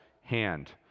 hand